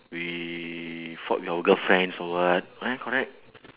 we fought with our girlfriends or what am I correct